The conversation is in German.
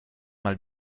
mal